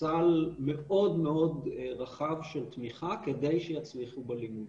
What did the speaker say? סל מאוד מאוד רחב של תמיכה כדי שיצליחו בלימודים.